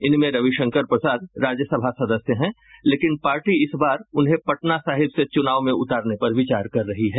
इनमें रविशंकर प्रसाद राज्यसभा सदस्य हैं लेकिन पार्टी इस बार उन्हें पटना साहिब से चुनाव में उतारने पर विचार कर रही है